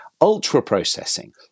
Ultra-processing